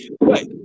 right